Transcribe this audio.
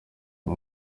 ndi